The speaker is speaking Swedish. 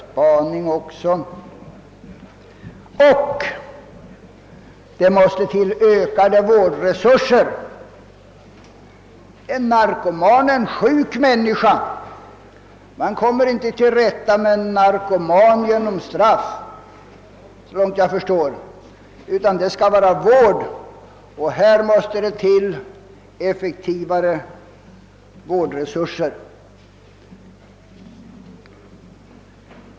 Det behövs också en effektiv spaning — och ökade vårdresurser! En narkoman är en sjuk människa, och såvitt jag förstår kommer man inte till rätta med en narkoman genom straff, utan det krävs vård. Därför behöver vi effektivare vårdresurser.